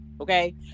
Okay